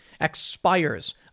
expires